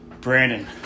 Brandon